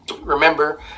Remember